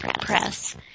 press